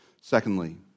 Secondly